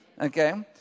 Okay